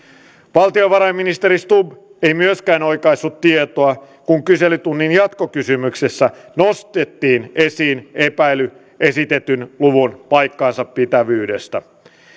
valtiovarainministeri stubb ei myöskään oikaissut tietoa kun kyselytunnin jatkokysymyksessä nostettiin esiin epäily esitetyn luvun paikkansapitävyydestä